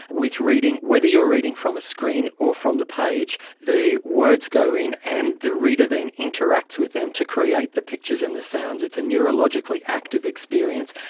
with reading, whether you are reading from a screen or from the page, the words go in and the reader then interacts with them to create the pictures and the sounds. it's a neurologically active experience,